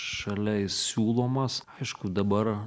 šalia jis siūlomas aišku dabar